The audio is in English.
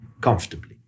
comfortably